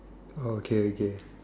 okay okay